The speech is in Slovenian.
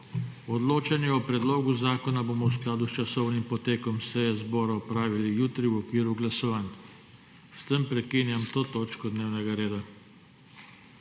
Odločanje o predlogu zakona bomo v skladu s časovnim potekom seje Državnega zbora opravili jutri v okviru glasovanj. S tem prekinjam to točko dnevnega reda.